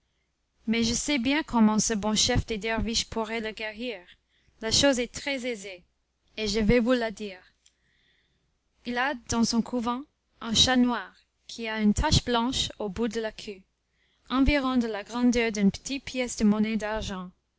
mais je sais bien comment ce bon chef des derviches pourrait la guérir la chose est très aisée et je vais vous la dire il a dans son couvent un chat noir qui a une tache blanche au bout de la queue environ de la grandeur d'une petite pièce de monnaie d'argent